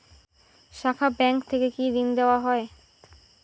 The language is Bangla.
শাখা ব্যাংক থেকে কি ঋণ দেওয়া হয়?